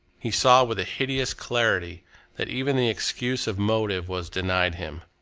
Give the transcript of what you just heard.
he saw with a hideous clarity that even the excuse of motive was denied him.